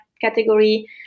category